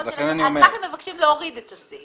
הגמ"חים מבקשים להוריד את הסעיף הזה.